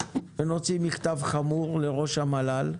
ונוציא מכתב חמור לראש המל"ל,